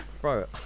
bro